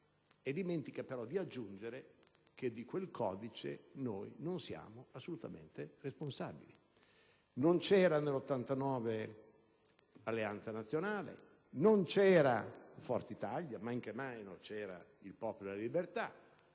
dimentica però di aggiungere che di quel codice noi non siamo assolutamente responsabili. Non c'era nel 1989 Alleanza Nazionale, non c'era Forza Italia e men che mai c'era il Popolo della Libertà.